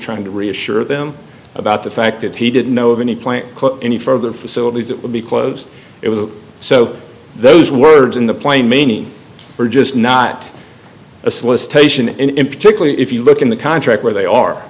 trying to reassure them about the fact that he didn't know of any plant any further facilities that would be closed it was so those words in the plain meaning were just not a solicitation in particularly if you look in the contract where they are